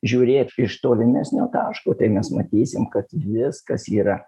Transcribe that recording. žiūrėt iš tolimesnio taško tai mes matysim kad viskas yra